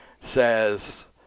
says